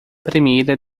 primeira